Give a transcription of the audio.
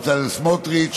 בצלאל סמוטריץ,